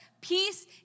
Peace